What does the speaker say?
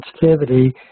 sensitivity